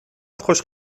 خوش